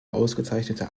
ausgezeichnete